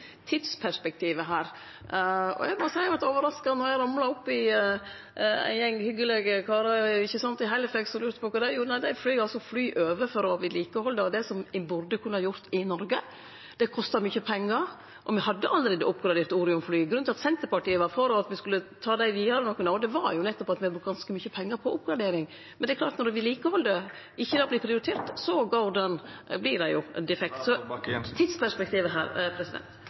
tidsperspektivet her. Eg må seie eg vart overraska då eg ramla opp i en gjeng hyggjelege karar i Halifax og eg spurde kva dei gjorde. Dei flyg fly over for å vedlikehalde dei, noko me burde kunne gjort i Noreg. Det kostar mykje pengar, og me hadde allereie oppgradert Orion-flya. Grunnen til at Senterpartiet var for at me skulle ta dei vidare nokre år, var jo nettopp at me hadde brukt ganske mykje pengar på oppgradering. Men det er klart at når vedlikehaldet ikkje vert prioritert, så vert dei jo defekte. Så kva er tidsperspektivet her?